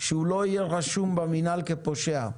שהוא לא יהיה רשום במינהל כפושע.